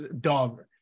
dog